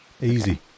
Easy